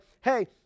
hey